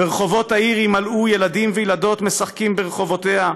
ורחֹבות העיר ימלאו ילדים וילדות משחקים ברחֹבֹתיה",